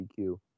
DQ